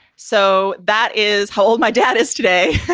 so that is how old my dad is today.